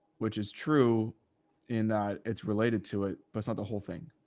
which is true in that it's related to it, but the whole thing.